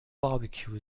barbecue